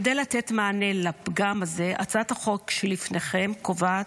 כדי לתת מענה לפגם הזה, הצעת החוק שבפניכם קובעת,